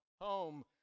home